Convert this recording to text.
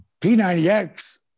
P90X